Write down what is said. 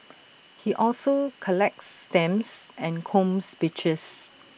he also collects stamps and combs beaches